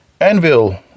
Anvil